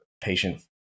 patient